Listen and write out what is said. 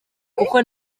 kuko